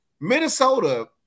Minnesota